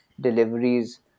deliveries